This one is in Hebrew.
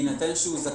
בהינתן שהוא זכאי,